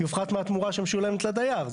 יופחת מהתמורה שמשולמת לדייר.